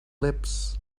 lips